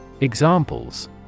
Examples